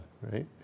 right